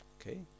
Okay